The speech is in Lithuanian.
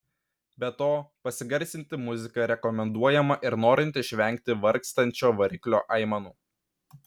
be to pasigarsinti muziką rekomenduojama ir norint išvengti vargstančio variklio aimanų